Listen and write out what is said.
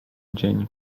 dzień